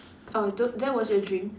oh though that was your dream